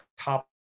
top